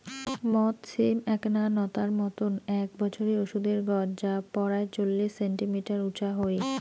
মথ সিম এ্যাকনা নতার মতন এ্যাক বছরি ওষুধের গছ যা পরায় চল্লিশ সেন্টিমিটার উচা হই